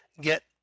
get